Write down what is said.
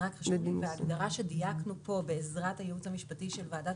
וההגדרה שדייקנו פה בעזרת הייעוץ המשפטי של ועדת